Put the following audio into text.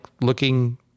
looking